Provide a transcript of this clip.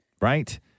Right